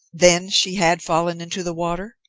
then she had fallen into the water?